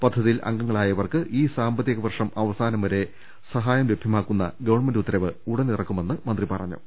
പദ്ധതിയിൽ അംഗങ്ങളായവർക്ക് ഈ സാമ്പത്തിക വർഷം അവസാനം വരെ സഹായം ലഭ്യമാക്കുന്ന ഗവൺമെന്റ് ഉത്തരവ് ഉടൻ ഇറങ്ങുമെന്ന് മന്ത്രി പറഞ്ഞു